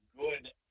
good